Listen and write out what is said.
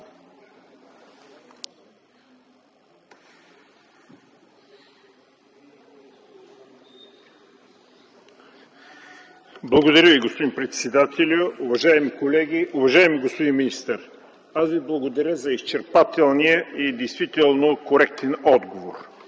Благодаря Ви, господин председателю. Уважаеми колеги, уважаеми господин министър! Благодаря Ви за изчерпателния и действително коректен отговор.